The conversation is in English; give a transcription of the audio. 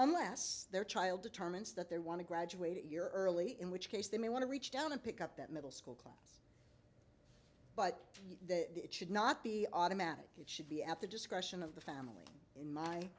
unless their child determines that they want to graduate year early in which case they may want to reach down and pick up that middle school class but it should not be automatic it should be at the discretion of the family in my